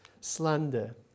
slander